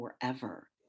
forever